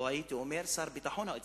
או הייתי אומר שר ביטחון או אוצר.